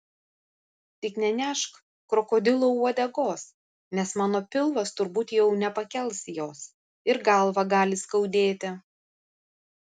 tik nenešk krokodilo uodegos nes mano pilvas turbūt jau nepakels jos ir galvą gali skaudėti